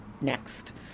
next